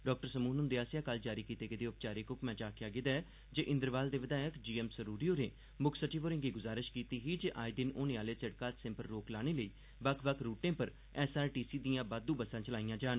doctor समून हुंदे आसेआ कल जारी कीते गेदे औपचारिक हुक्मै च आखेआ गेदा ऐ जे इंद्रवाल दे विधायक जी एम सरूरी होरें मुक्ख सचिव होरें'गी गुजारिश कीती ही जे आए दिन होने आह्ले सिड़क हादसें पर रोक लाने लेई बक्ख बक्ख रूटें पर एस आर टी सी दिआं बसां चलाईआं जान